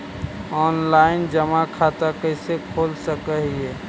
Online जमा खाता कैसे खोल सक हिय?